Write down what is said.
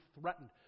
threatened